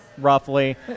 roughly